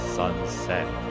sunset